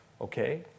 okay